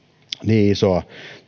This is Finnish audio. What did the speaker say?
isoa